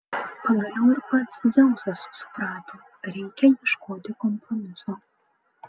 pagaliau ir pats dzeusas suprato reikia ieškoti kompromiso